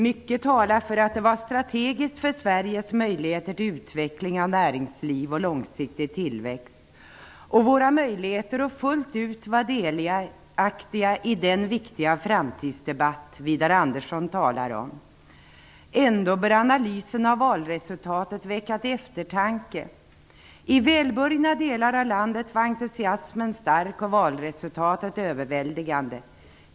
Mycket talar för att det var strategiskt för Sveriges möjligheter till utveckling av näringsliv och långsiktig tillväxt och för våra möjligheter att fullt ut vara delaktiga i den viktiga framtidsdebatt som Widar Andersson har talat om. Ändå bör analysen av valresultatet mana till eftertanke. I välbärgade delar av landet var entusiasmen stark och valresultatet överväldigande.